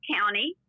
County